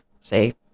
say